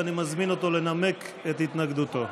ואני מזמין אותו לנמק את התנגדותו.